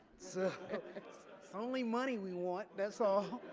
so it's only money we want that's all